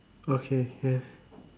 okay can